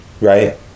Right